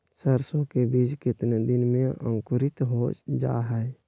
सरसो के बीज कितने दिन में अंकुरीत हो जा हाय?